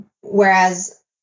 whereas